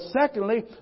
secondly